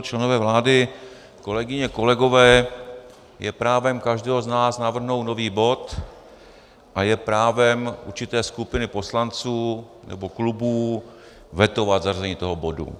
Členové vlády, kolegyně, kolegové, je právem každého z nás navrhnout nový bod a je právem určité skupiny poslanců nebo klubů vetovat zařazení toho bodu.